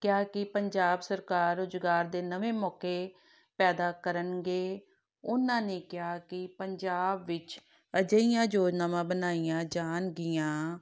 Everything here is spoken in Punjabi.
ਕਿਹਾ ਕਿ ਪੰਜਾਬ ਸਰਕਾਰ ਰੁਜ਼ਗਾਰ ਦੇ ਨਵੇਂ ਮੌਕੇ ਪੈਦਾ ਕਰਨਗੇ ਉਹਨਾਂ ਨੇ ਕਿਹਾ ਕਿ ਪੰਜਾਬ ਵਿੱਚ ਅਜਿਹੀਆਂ ਯੋਜਨਾਵਾਂ ਬਣਾਈਆਂ ਜਾਣਗੀਆਂ